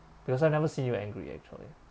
because I've never seen you angry actually